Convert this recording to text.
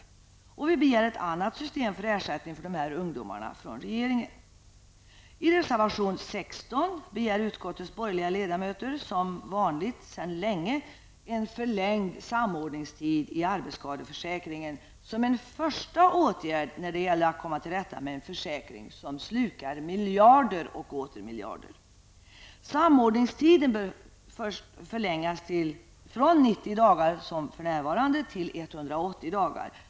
Vi begär från regeringen ett annat system för ersättning för dessa ungdomar. I reservation 16 begär utskottets borgerliga ledamöter, som vanligt och sedan länge, en förlängd samordningstid i arbetsskadeförsäkringen som en första åtgärd när det gäller att komma till rätta med en försäkring som slukar miljarder och åter miljarder. Samordningstiden bör förlängas från 90 dagar till 180 dagar.